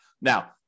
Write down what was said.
Now